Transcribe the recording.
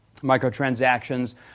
Microtransactions